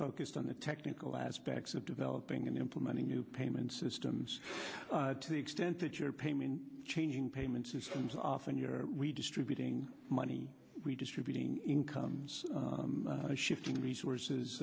focused on the technical aspects of developing and implementing new payment systems to the extent that your payment changing payment systems often you're distributing money redistributing incomes and shifting resources